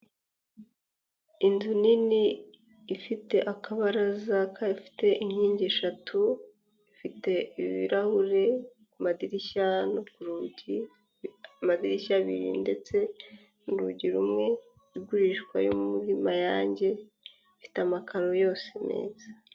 Inzu nini ifite akabaraza gafite inkingi eshatu, ifite ibirahure ku madirishya no kurugi, amadirishya abiri ndetse n' urugi rumwe, igurishwa yo muri Mayange, ifite amakaro yose meza.